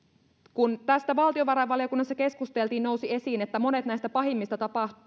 kun tästä valtiovarainvaliokunnassa keskusteltiin nousi esiin että monet näistä pahimmista